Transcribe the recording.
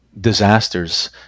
disasters